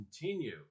continue